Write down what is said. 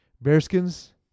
Bearskins